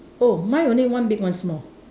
oh mine only one big one small